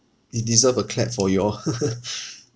it deserve a clap for you all